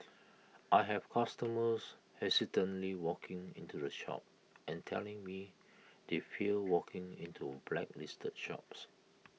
I have customers hesitantly walking into the shop and telling me they fear walking into blacklisted shops